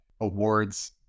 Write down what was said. awards